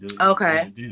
Okay